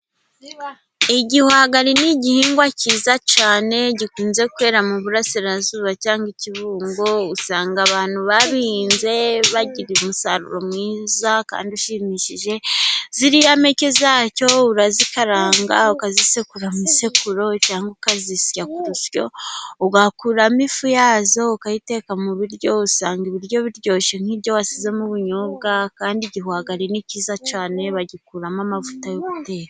Igihwagari n'igihingwa cyiza cyane, gikunze kwera mu Burasirazuba cyangwa i kibungo, usanga abantu babihinze, bagira umusaruro mwiza, kandi ushimishije, ziriya mpeke zacyo urazikaranga, ukazisekura mu isekururo, cyangwa ukazisya ku rusyo, ugakuramo ifu yazo, ukayiteka mu biryo, usanga ibiryo biryoshye nk'ibyo wasizemo ubunyobwa. Kandi igihwagari ni cyiza cyane bagikuramo amavuta yo guteka.